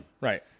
Right